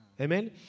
Amen